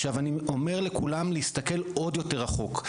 אני אומר לכולם להסתכל עוד יותר רחוק.